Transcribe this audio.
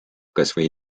kasvõi